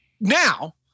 now